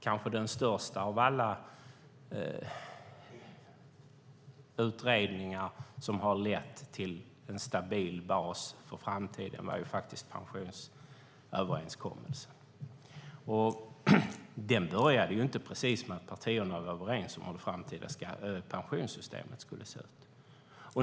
Kanske den största av alla utredningar som har lett till en stabil bas för framtiden var ju faktiskt pensionsöverenskommelsen. Den började inte precis med att partierna var överens om hur det framtida pensionssystemet skulle se ut.